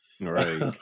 Right